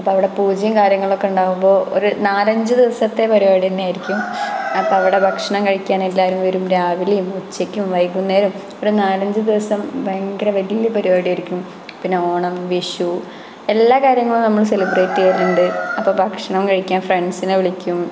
അത് അവിടെ പൂജയും കാര്യങ്ങളുമൊക്കെ ഉണ്ടാവുമ്പോൾ ഒരു നാലഞ്ചു ദിവസത്തെ പരിപാടിന്നെയിരിക്കും അപ്പോ അവിടെ ഭക്ഷണം കഴിക്കാന് എല്ലാരും വെരും രാവിലെയും ഉച്ചക്കും വൈകുന്നേരവും ഒരു നാല് അഞ്ചു ദിവസം ഭയങ്കര വലിയ പരിപാടിയായിരിക്കും പിന്നെ ഓണം വിഷു എല്ലാ കാര്യങ്ങളും നമ്മൾ സെലിബ്രേറ്റ് ചെയ്യലുണ്ട് അപ്പോൾ ഭക്ഷണവും കഴിക്കാൻ ഫ്രണ്ട്സിനെ വിളിക്കും